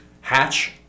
Hatch